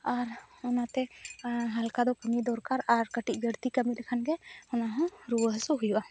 ᱟᱨ ᱚᱱᱟᱛᱮ ᱦᱟᱞᱠᱟ ᱫᱚ ᱠᱟᱹᱢᱤ ᱫᱚᱨᱠᱟᱨ ᱟᱨ ᱠᱟᱹᱴᱤᱡ ᱵᱟᱹᱲᱛᱤ ᱠᱟᱹᱢᱤ ᱞᱮᱠᱷᱟᱱ ᱜᱮ ᱚᱱᱟ ᱦᱚᱸ ᱨᱩᱣᱟᱹ ᱦᱟᱹᱥᱩ ᱦᱩᱭᱩᱜᱼᱟ